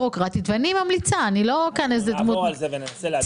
אנחנו נעבור על זה להתאים.